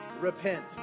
Repent